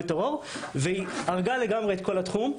הטרור והיא הרגה לגמרי את כל התחום,